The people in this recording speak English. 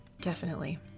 Definitely